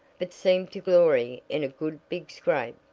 but seem to glory in a good big scrape.